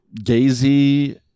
gazy